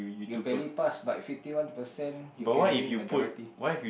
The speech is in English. you barely pass but fifty one percent you can win majority